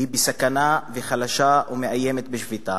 היא סכנה וחלשה ומאיימת בשביתה,